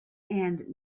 and